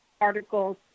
articles